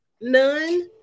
None